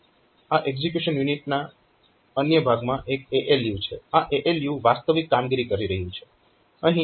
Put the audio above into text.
આ એક્ઝીક્યુશન યુનિટના અન્ય ભાગમાં એક ALU છે આ ALU વાસ્તવિક કામગીરી કરી રહ્યું છે